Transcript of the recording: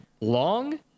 long